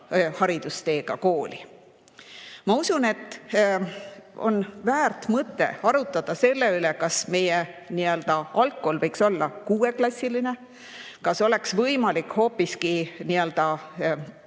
haridusteega kooli. Ma usun, et on väärt mõte arutada selle üle, kas meie algkool võiks olla kuueklassiline, kas oleks võimalik hoopiski kindlustada